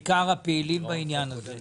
בעיקר הפעילים בעניין הזה,